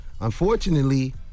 Unfortunately